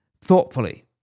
thoughtfully